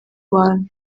bantu